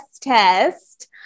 test